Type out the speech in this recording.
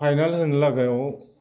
final होनो लागायाव